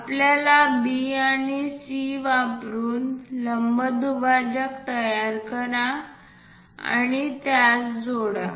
आपल्याला B आणि C वापरून लंबदुभाजक तयार करा आणि त्यास जोडा